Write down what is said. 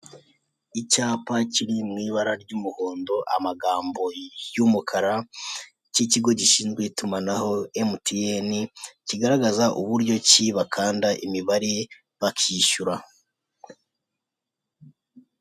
Icyapa kiri mu ibara ry'umuhondo amagambo y'umukara cy'ikigo gishinzwe itumanaho MTN kigaragaza uburyo kibakanda imibare bakishyura.